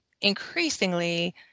increasingly